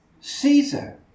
Caesar